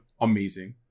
amazing